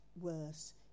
worse